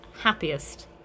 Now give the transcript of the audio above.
happiest